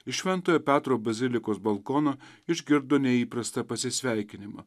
iš šventojo petro bazilikos balkono išgirdo neįprastą pasisveikinimą